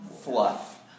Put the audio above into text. fluff